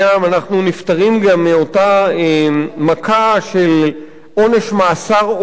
אנחנו נפטרים גם מאותה מכה של עונש מאסר עולם